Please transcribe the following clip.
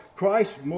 Christ